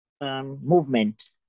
movement